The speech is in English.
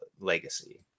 Legacy